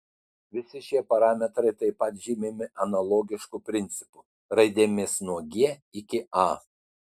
visi šie parametrai taip pat žymimi analogišku principu raidėmis nuo g iki a